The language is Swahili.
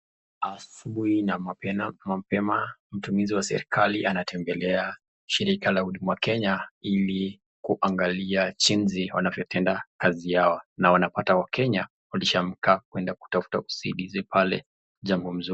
Asubuhi na mapema mtumizi waserikali anatembelea shirika la huduma Kenya ili kuangalia jinsi wanapitenda kazi yao, anapata wakenya walishaa enda kwenda kutafuta usaidizi pale.